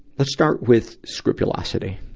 let's start with scrupulosity